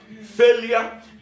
failure